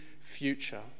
future